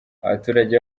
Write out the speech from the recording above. abaturage